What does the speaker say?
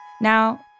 Now